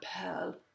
pearl